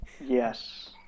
Yes